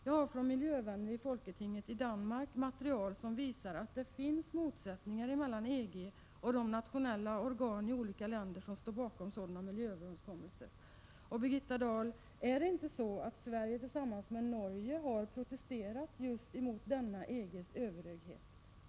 Jag har från miljövänner i folketinget i Danmark fått material som visar att det finns motsättningar mellan EG och de nationella organ i olika länder som står bakom sådana miljööverenskommelser. Är det inte så, Birgitta Dahl, att Sverige tillsammans med Norge har protesterat mot denna EG:s överhöghet?